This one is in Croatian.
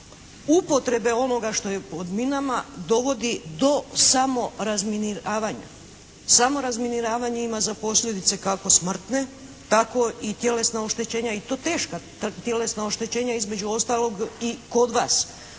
upotrebe onoga što je pod minama dovodi do samo razminiravanja. Samo razminiravanje ima za posljedice kako smrtne tako i tjelesna oštećenja i to teška tjelesna oštećenja između ostalog i kod vas